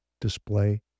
display